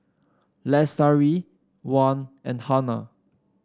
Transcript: Lestari Wan and Hana